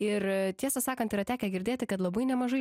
ir tiesą sakant yra tekę girdėti kad labai nemažai